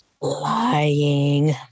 Lying